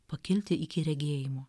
pakilti iki regėjimo